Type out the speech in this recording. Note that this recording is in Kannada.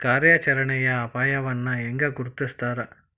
ಕಾರ್ಯಾಚರಣೆಯ ಅಪಾಯವನ್ನ ಹೆಂಗ ಗುರ್ತುಸ್ತಾರ